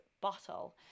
bottle